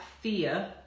fear